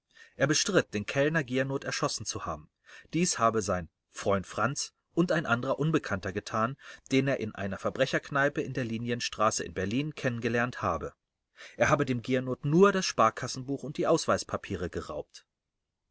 er bestritt den kellner giernoth erschossen zu haben dies habe sein freund franz und ein anderer unbekannter getan den er in einer verbrecherkneipe in der linienstraße in berlin kennen nen gelernt habe er habe dem giernoth nur das sparkassenbuch und die ausweispapiere geraubt